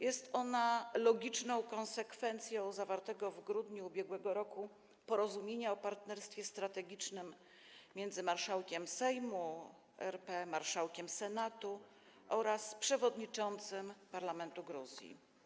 Jest ona logiczną konsekwencją zawartego w grudniu ub.r. porozumienia o partnerstwie strategicznym między marszałkiem Sejmu RP, marszałkiem Senatu oraz przewodniczącym parlamentu Gruzji.